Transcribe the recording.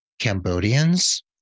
Cambodians